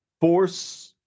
force